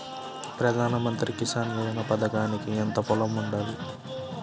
ప్రధాన మంత్రి కిసాన్ యోజన పథకానికి ఎంత పొలం ఉండాలి?